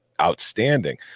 outstanding